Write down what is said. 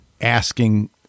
asking